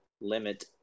limit